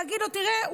להגיד לו: תראה,